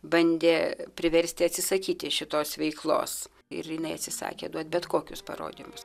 bandė priversti atsisakyti šitos veiklos ir jinai atsisakė duoti bet kokius parodymus